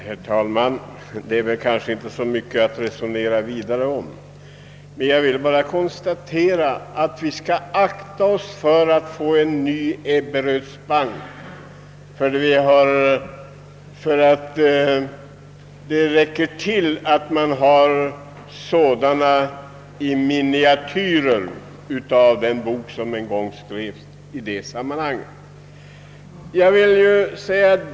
Herr talman! Det är kanske inte så mycket mera att resonera om. Men jag vill framhålla att vi skall akta oss för att få en ny Ebberöds bank — det räcker med de miniatyrer därvidlag som redan finns.